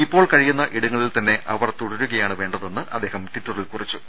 ഇപ്പോൾ കഴിയുന്ന ഇടങ്ങളിൽതന്നെ അവർ തുടരുകയാണ് വേണ്ട തെന്ന് അദ്ദേഹം ട്വിറ്ററിൽ കുറിച്ചു